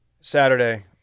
Saturday